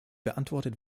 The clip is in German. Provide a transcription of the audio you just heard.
beantwortet